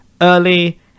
early